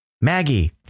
Maggie